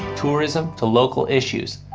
tourism to local issues,